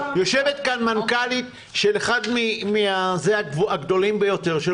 יושבת כאן מנכ"לית של אחד הגדולים ביותר,